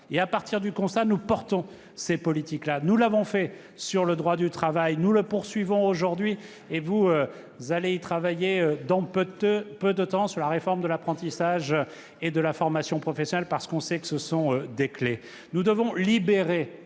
nos politiques, nous partons tout simplement du constat. Nous l'avons fait sur le droit du travail, nous le poursuivons aujourd'hui et vous allez y travailler dans peu de temps sur la réforme de l'apprentissage et de la formation professionnelle, dont on sait que ce sont des clefs.